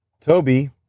Toby